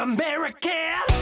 American